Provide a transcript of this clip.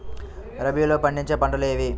రబీలో పండించే పంటలు ఏవి?